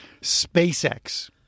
SpaceX